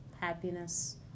happiness